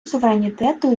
суверенітету